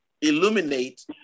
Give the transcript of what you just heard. illuminate